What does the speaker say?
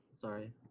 sorry